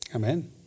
Amen